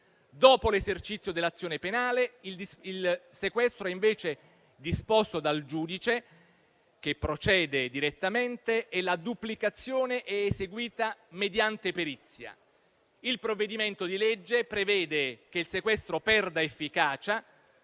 Dopo l'esercizio dell'azione penale, il sequestro è invece disposto dal giudice, che procede direttamente, e la duplicazione è eseguita mediante perizia. Il provvedimento di legge prevede che il sequestro perda efficacia